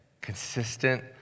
consistent